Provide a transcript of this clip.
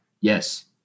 yes